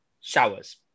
showers